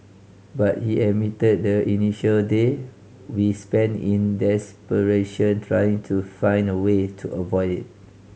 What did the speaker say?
but he admitted the initial day we spent in desperation trying to find a way to avoid it